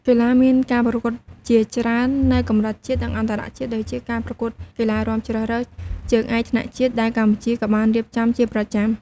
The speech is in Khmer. កីឡារមានការប្រកួតជាច្រើននៅកម្រិតជាតិ និងអន្តរជាតិ ដូចជា ការប្រកួតកីឡារាំជ្រើសរើសជើងឯកថ្នាក់ជាតិ ដែលកម្ពុជាក៏បានរៀបចំជាប្រចាំ។